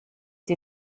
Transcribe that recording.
die